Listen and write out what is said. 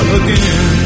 again